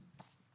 הכלב.